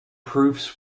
proofs